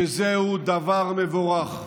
שזה דבר מבורך,